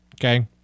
Okay